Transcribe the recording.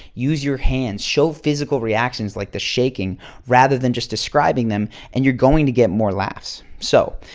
use your hands, show physical reactions like the shaking rather than just describing them and you're going to get more laughs. so,